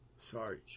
Sorry